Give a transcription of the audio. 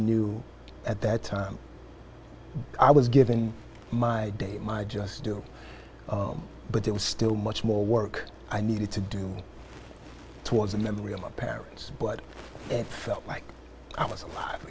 knew at that time i was given my day my just due but there was still much more work i needed to do towards the memory of my parents but it felt like i was